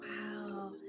wow